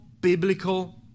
biblical